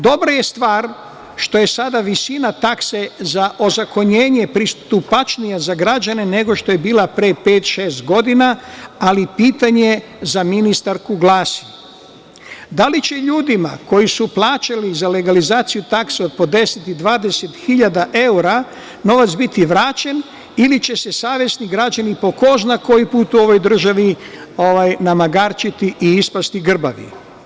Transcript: Dobra je stvar što je sada visina takse za ozakonjenje pristupačnija za građane nego što je bila pre pet, šest godina, ali pitanje za ministarku glasi – da li će ljudima koji su plaćali za legalizaciju takse od po 10 i 20 hiljada evra, novac biti vraćen, ili će se savesni građani po ko zna koji put u ovoj državi namagarčiti i ispasti grbavi?